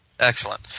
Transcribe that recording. Excellent